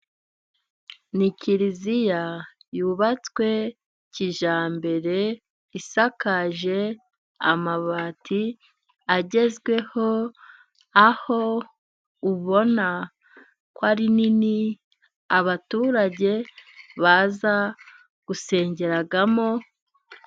Ni kiliziya yubatswe kijyambere, isakaje amabati agezweho, aho ubona ko ari nini. Abaturage baza gusengeramo.